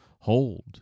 hold